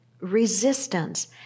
resistance